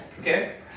Okay